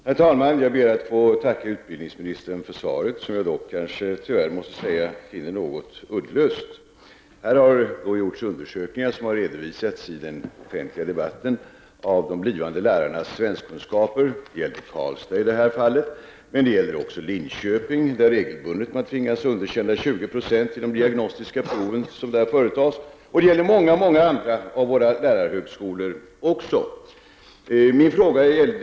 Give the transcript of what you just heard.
Herr talman! Jag ber att få tacka utbildningsministern för svaret, som jag dock måste säga att jag tyvärr finner något uddlöst. Det har gjorts undersökningar, som redovisats i den offentliga debatten, av de blivande lärarnas svenskkunskaper. I detta fall gäller det Karlstad. Men i Linköping är förhållandena desamma. Man tvingas där regelbundet underkänna 20 90 i de diagnostiska proven. Det gäller också många andra av våra lärarhögskolor.